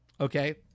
okay